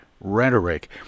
rhetoric